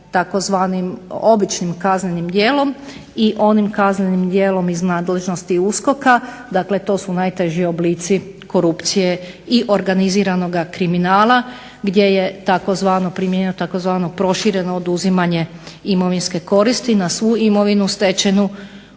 tzv. običnim kaznenim dijelom, i onim kaznenim djelom iz nadležnosti USKOK-a dakle to su najteži oblici korupcije i organiziranoga kriminala gdje je primijenjeno tzv. prošireno oduzimanje imovinske koristi na svu imovinu stečenu